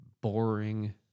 boring